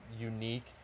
unique